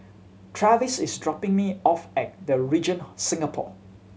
Travis is dropping me off at The Regent Singapore